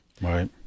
Right